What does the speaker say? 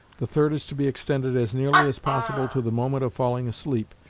the third is to be extended as nearly as possible to the moment of falling asleep,